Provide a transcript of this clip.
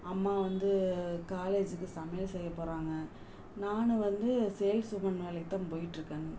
அம்மா வந்து காலேஜுக்கு சமையல் செய்ய போகிறாங்க நான் வந்து சேல்ஸ் உமன் வேலைக்கு தான் போயிகிட்ருக்கேன்ங்க